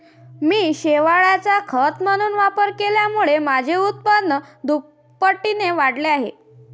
मी शेवाळाचा खत म्हणून वापर केल्यामुळे माझे उत्पन्न दुपटीने वाढले आहे